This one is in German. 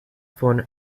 von